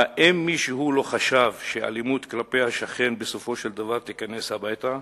האם מישהו לא חשב שאלימות כלפי השכן בסופו של דבר תיכנס הביתה?